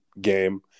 game